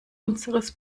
unseres